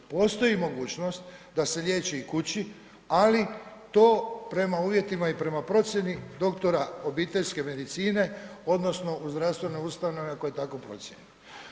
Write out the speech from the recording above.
Postoji mogućnost da se liječi i kući, ali to prema uvjetima i prema procjeni doktora obiteljske medicine odnosno u zdravstvenoj ustanovi ako je tako procijenjeno.